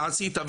ועשית,